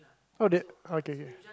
oh their okay okay